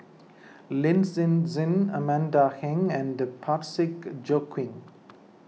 Lin Hsin Hsin Amanda Heng and Parsick Joaquim